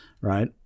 right